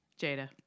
Jada